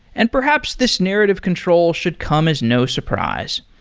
and perhaps this narrative control should come as no surprise.